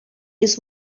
his